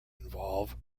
involve